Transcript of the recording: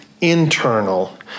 internal